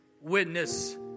witness